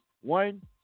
one